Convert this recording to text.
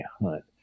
hunt